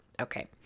Okay